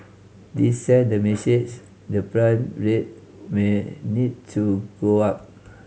this send the message the prime rate may need to go up